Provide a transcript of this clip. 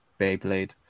Beyblade